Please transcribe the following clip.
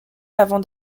avant